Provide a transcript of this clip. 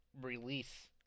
release